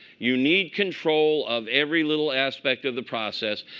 you need control of every little aspect of the process.